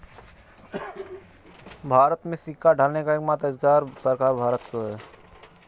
भारत में सिक्का ढालने का एकमात्र अधिकार भारत सरकार को है